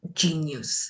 genius